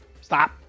Stop